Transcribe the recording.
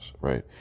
right